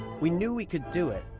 we knew we could do it.